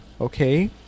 Okay